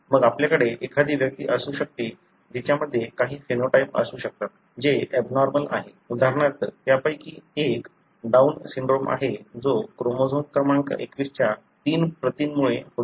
मग आपल्याकडे एखादी व्यक्ती असू शकते जिच्या मध्ये काही फेनोटाइप असू शकतात जे एबनॉर्मल आहे उदाहरणार्थ त्यापैकी एक डाउन सिंड्रोम आहे जो क्रोमोझोम क्रमांक 21 च्या तीन प्रतींमुळे होतो